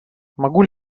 могу